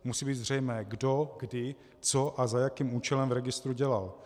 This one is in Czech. Musí být zřejmé, kdo, kdy, co a za jakým účelem v registru dělal.